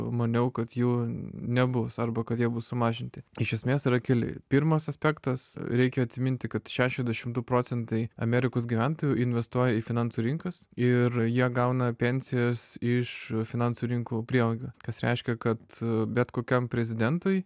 maniau kad jų nebus arba kad jie bus sumažinti iš esmės yra keli pirmas aspektas reikia atsiminti kad šešiasdešim du procentai amerikos gyventojų investuoja į finansų rinkas ir jie gauna pensijas iš finansų rinkų priemonių kas reiškia kad bet kokiam prezidentui